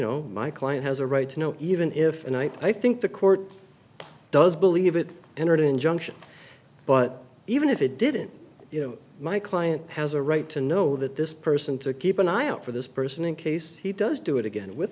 know my client has a right to know even if and i think the court does believe it entered injunction but even if it didn't you know my client has a right to know that this person to keep an eye out for this person in case he does do it again with